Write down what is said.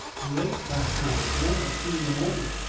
late last night. one or two in the morning.